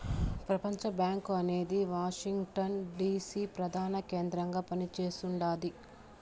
ప్రపంచబ్యాంకు అనేది Washington DC ప్రదాన కేంద్రంగా పని చేస్తుండాది